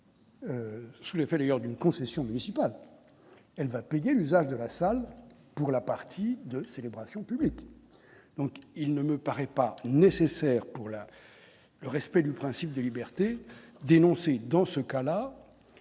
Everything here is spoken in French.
Sous l'effet d'ailleurs d'une concession municipale, elle va payer l'usage de la salle pour la partie de célébration publiques, donc il ne me paraît pas nécessaire pour la le respect du principe de liberté dénoncer dans ce cas-là,